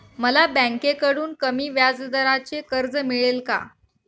मला बँकेकडून कमी व्याजदराचे कर्ज मिळेल का?